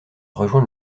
rejoint